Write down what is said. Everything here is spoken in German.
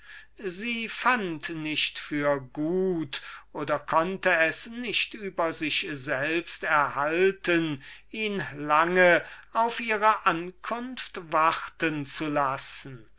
sie fand nicht für gut oder konnte es nicht über sich selbst erhalten ihn lange auf ihre ankunft warten zu lassen